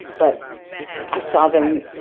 but i saw them,